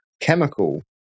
chemical